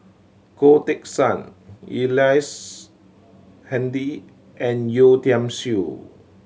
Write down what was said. Goh Teck Sian Ellice Handy and Yeo Tiam Siew